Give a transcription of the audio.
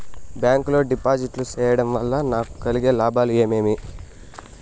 Bank లో డిపాజిట్లు సేయడం వల్ల నాకు కలిగే లాభాలు ఏమేమి?